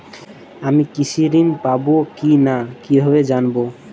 আমি কৃষি ঋণ পাবো কি না কিভাবে জানবো?